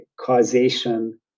causation